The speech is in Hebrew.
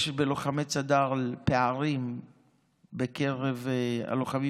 יש אצל לוחמי צד"ל פערים בקרב הלוחמים